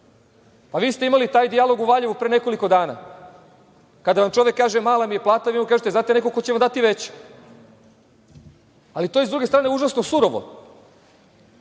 a vi ste imali taj dijalog u Valjevu pre nekoliko dana kada vam čovek kaže – mala mi je plata, a vi mu kažete – znate, neko će vam dati veću. To je sa druge strane, užasno surovo.